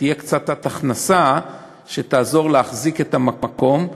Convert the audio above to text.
שתהיה קצת הכנסה שתעזור להחזיק את המקום,